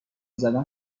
زدن